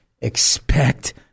expect